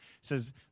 says